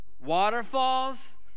Waterfalls